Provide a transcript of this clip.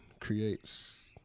creates